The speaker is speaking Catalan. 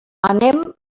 anem